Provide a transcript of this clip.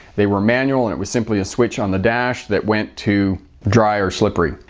they were manual and it was simply a switch on the dash that went to dry or slippery.